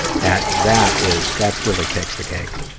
that that is, that really takes the cake,